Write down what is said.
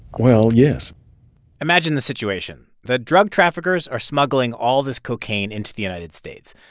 well, yes imagine the situation that drug traffickers are smuggling all this cocaine into the united states.